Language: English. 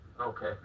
Okay